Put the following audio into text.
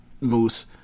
Moose